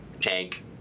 tank